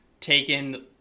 taken